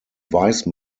vice